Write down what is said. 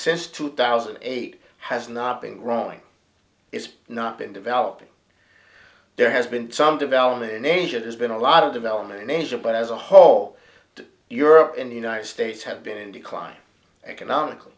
since two thousand and eight has not been growing is not been developing there has been some development in asia has been a lot of development in asia but as a whole to europe and the united states have been in decline economical